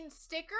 Sticker